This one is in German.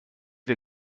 wir